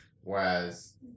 whereas